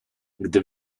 gdy